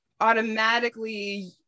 automatically